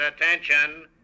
attention